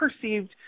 perceived